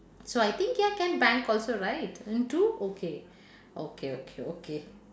so I think ya can bank also right into okay okay okay okay